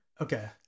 Okay